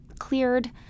Cleared